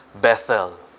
Bethel